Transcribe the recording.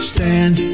Stand